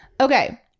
Okay